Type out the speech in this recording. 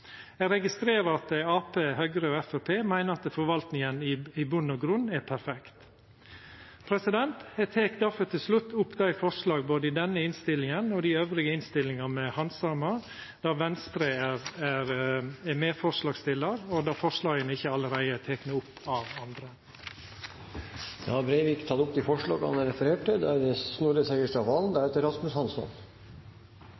Eg registrerer at ein i Arbeidarpartiet, Høgre og Framstegspartiet meiner at forvaltinga i grunnen er perfekt. Eg tek difor til slutt opp forslaga i dei to innstillingane me handsamar no der Venstre er medforslagsstillar, og der forslaga ikkje allereie er tekne opp av andre. Representanten Terje Breivik har tatt opp de forslagene han refererte til.